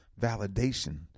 validation